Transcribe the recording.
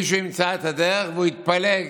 מישהו ימצא את הדרך והוא יתפלג